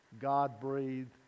God-breathed